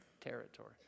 territory